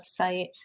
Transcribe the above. website